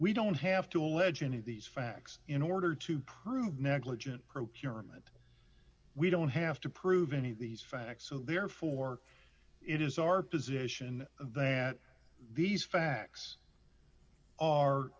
we don't have to allege any of these facts in order to prove negligent procurement we don't have to prove any of these facts so therefore it is our position that these facts are